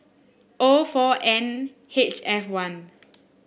O four N H F one